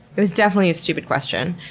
it was definitely a stupid question.